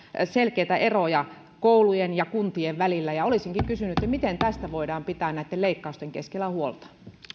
selkeitä eroja koulujen ja kuntien välillä olisinkin kysynyt miten tästä voidaan pitää näitten leikkausten keskellä huolta